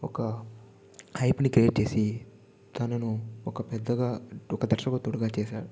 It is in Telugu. ఒక హైపుని క్రియేట్ చేసి తనను ఒక పెద్దగా ఒక దర్శకోత్తుడుగా చేశాడు